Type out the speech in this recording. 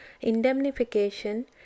indemnification